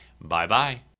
Bye-bye